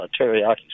teriyaki